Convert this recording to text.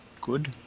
Good